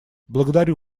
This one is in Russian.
благодарю